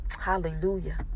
Hallelujah